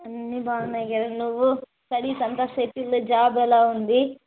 అన్నీ బాగున్నాయి కిరణ్ నువ్వు స్టడీస్ అంతా సెట్టిల్డ్ జాబ్ ఎలా ఉంది